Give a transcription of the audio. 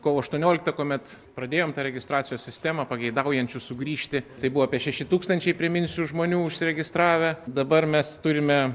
kovo aštuonioliktą kuomet pradėjom tą registracijos sistemą pageidaujančių sugrįžti tai buvo apie šeši tūkstančiai priminsiu žmonių užsiregistravę dabar mes turime